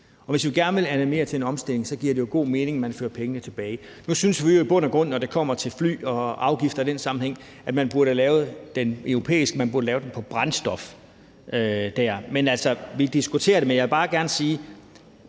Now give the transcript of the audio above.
Hvis vi gerne vil animere til en omstilling, giver det jo god mening, at man fører pengene tilbage. Nu synes vi jo i bund og grund, at når det kommer til fly og afgifter i den sammenhæng, burde man have lavet den på europæisk plan – man burde have lavet den på brændstof. Altså, vi diskuterer det. Men jeg vil bare gerne sige,